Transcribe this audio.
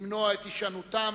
למנוע את הישנותם,